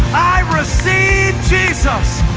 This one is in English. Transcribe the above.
i receive jesus.